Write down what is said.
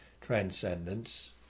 transcendence